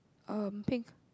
um pink